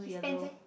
his pants eh